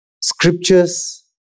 scriptures